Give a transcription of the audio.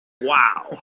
Wow